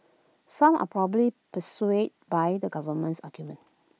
some are probably persuaded by the government's argument